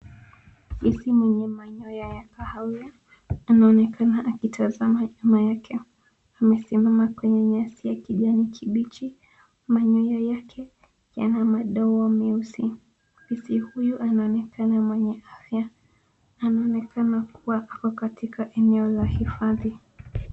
Fisi mwenye manyoya ya kahawia anaonekana akitazama nyuma yake. Amesimama kwenye nyasi ya kijani kibichi. Manyoya yake yana madoa meusi. Fisi huyu anaonekana mwenye afya. Anaonekana kuwa ako katika eneo la hifadhi.